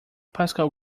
pascal